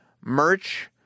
merch